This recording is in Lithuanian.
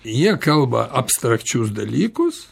jie kalba abstrakčius dalykus